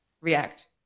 react